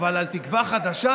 אבל על תקווה חדשה